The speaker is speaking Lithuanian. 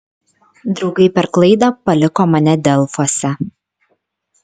draugai per klaidą paliko mane delfuose